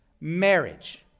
Marriage